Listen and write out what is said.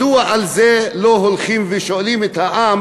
מדוע על זה לא הולכים ושואלים את העם